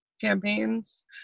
campaigns